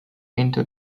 into